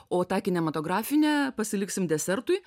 o tą kinematografinę pasiliksim desertui